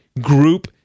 group